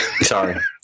Sorry